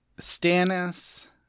Stannis